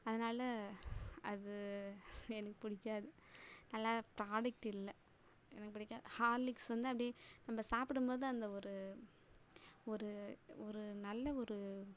அதனால் அது எனக்கு பிடிக்காது நல்லா ப்ராடக்ட் இல்லை எனக்கு பிடிக்காது ஹார்லிக்ஸ் வந்து அப்படியே நம்ம சாப்பிடும்போது அந்த ஒரு ஒரு ஒரு நல்ல ஒரு